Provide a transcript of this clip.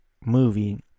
movie